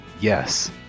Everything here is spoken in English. yes